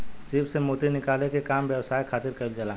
सीप से मोती निकाले के काम व्यवसाय खातिर कईल जाला